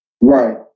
Right